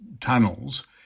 tunnels